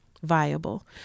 Viable